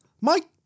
Mike